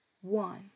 one